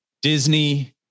Disney